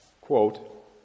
quote